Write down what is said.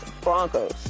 Broncos